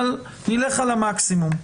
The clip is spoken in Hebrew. אבל נלך על המקסימום.